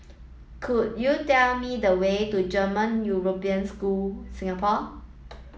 could you tell me the way to German European School Singapore